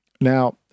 now